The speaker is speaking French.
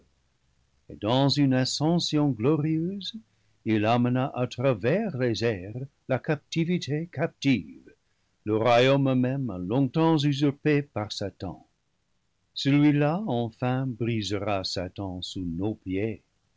dans une ascension glorieuse il emmena à travers les airs la captivité captive le royaume même longtemps usurpé par satan celui-là enfin brisera satan sous nos pieds